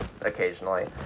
occasionally